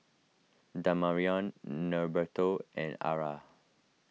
Damarion Norberto and Arra